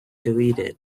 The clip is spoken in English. deleted